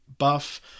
buff